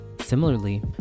Similarly